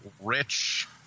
rich